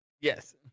Yes